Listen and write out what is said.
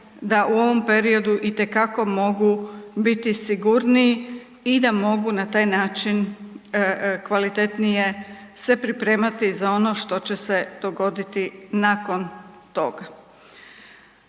da u ovom periodu itekako mogu biti sigurniji i da mogu na taj način kvalitetnije se pripremati za ono što će se dogoditi nakon toga.